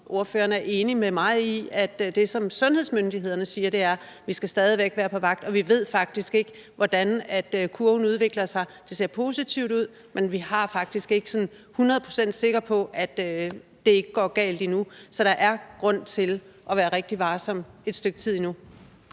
ordføreren er enig med mig i, at det, som sundhedsmyndighederne siger, er, at vi stadig væk skal være på vagt. Vi ved faktisk ikke, hvordan kurven udvikler sig. Det ser positivt ud, men vi har faktisk ikke endnu sådan hundrede procents sikkerhed for, at det ikke går galt. Så der er grund til at være rigtig varsom et stykke tid endnu.